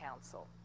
council